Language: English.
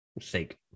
sake